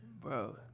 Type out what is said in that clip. bro